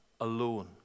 alone